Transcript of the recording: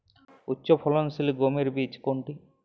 উচ্চফলনশীল গমের বীজ কোনটি?